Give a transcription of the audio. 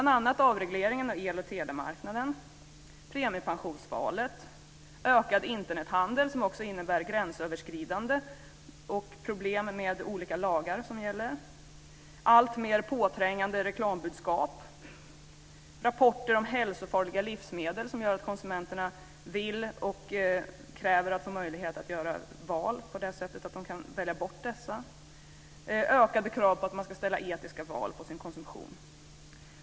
Det är bl.a. - ökad Internethandel, som också innebär gränsöverskridande och problem med olika lagar som gäller, - alltmer påträngande reklambudskap, - rapporter om hälsofarliga livsmedel som gör att konsumenterna kräver att få möjlighet att göra val på det sättet att de kan välja bort dessa och - ökade krav på att man ska göra etiska val i sin konsumtion.